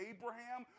Abraham